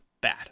Bad